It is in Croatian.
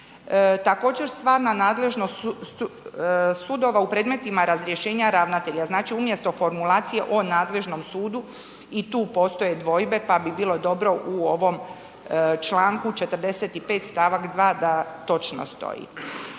Također stvarna nadležnost sudova u predmetima razrješenja ravnatelja. Znači umjesto formulacije o nadležnom sudu, i tu postoje dvojbe pa bi bilo dobro u ovom članku 45. stavak 2. da točno stoji.